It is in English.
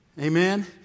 amen